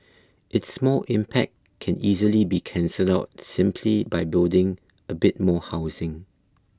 its small impact can easily be cancelled out simply by building a bit more housing